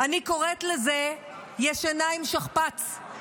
אני קוראת לזה "ישנה עם שכפ"ץ".